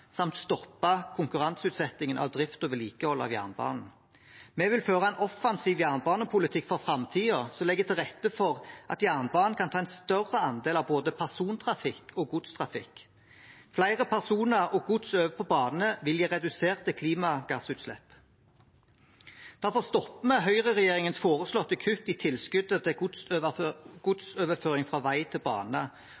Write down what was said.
samt stoppet konkurranseutsettingen av drift og vedlikehold av jernbanen. Vi vil føre en offensiv jernbanepolitikk for framtiden som legger til rette for at jernbanen kan ta en større andel av både persontrafikk og godstrafikk. Flere personer og gods over på bane vil gi reduserte klimagassutslipp. Vi vil stoppe høyreregjeringens foreslåtte kutt i tilskuddet til